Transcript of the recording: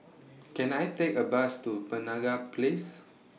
Can I Take A Bus to Penaga Place